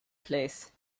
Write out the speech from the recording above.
place